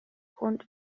grund